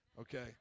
okay